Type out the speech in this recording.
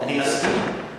אני מסכים.